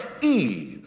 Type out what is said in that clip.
Eve